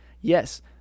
Yes